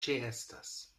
ĉeestas